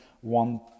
one